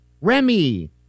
Remy